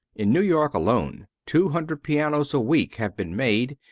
in new york alone two hundred pianos a week have been made,